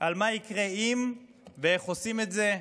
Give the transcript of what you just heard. על מה יקרה אם, ואיך עושים את זה,